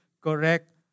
correct